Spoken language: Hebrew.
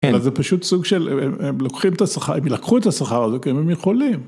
זה פשוט סוג של הם לוקחים את השכר.. הם לקחו את השכרה הזו כי הם יכולים.